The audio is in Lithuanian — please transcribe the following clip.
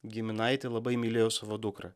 giminaitė labai mylėjo savo dukrą